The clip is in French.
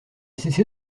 cessé